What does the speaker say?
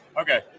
Okay